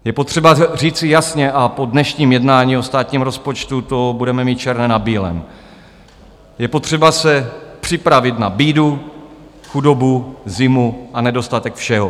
Je potřeba říci jasně, a po dnešním jednání o státním rozpočtu to budeme mít černé na bílém: je potřeba se připravit na bídu, chudobu, zimu a nedostatek všeho.